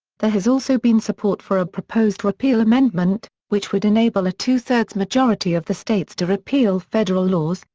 there has also been support for a proposed repeal amendment, which would enable a two-thirds majority of the states to repeal federal laws,